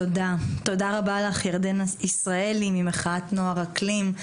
תודה רבה לך ירדן ישראלי ממחאת נוער אקלים.